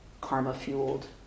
karma-fueled